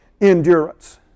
Endurance